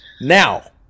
Now